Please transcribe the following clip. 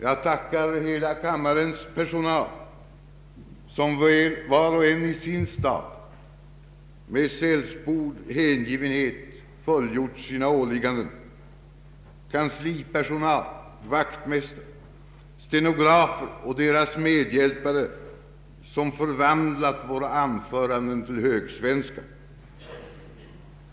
Jag tackar hela kammarens personal, som var och en i sin stad med sällsynt hängivenhet fullgjort sina åligganden, kanslipersonal, vaktmästare, stenografer och deras medhjälpare som förvandlat våra anföranden till begriplig högsvenska.